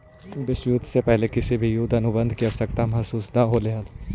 विश्व युद्ध से पहले किसी को युद्ध अनुबंध की आवश्यकता महसूस न होलई हल